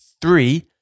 Three